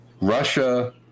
Russia